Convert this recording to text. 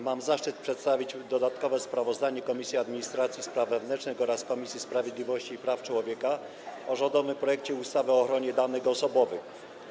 Mam zaszczyt przedstawić dodatkowe sprawozdanie Komisji Administracji i Spraw Wewnętrznych oraz Komisji Sprawiedliwości i Praw Człowieka o rządowym projekcie ustawy o ochronie danych osobowych.